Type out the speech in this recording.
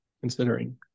considering